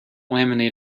laminate